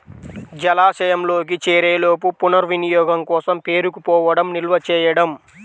జలాశయంలోకి చేరేలోపు పునర్వినియోగం కోసం పేరుకుపోవడం నిల్వ చేయడం